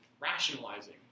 rationalizing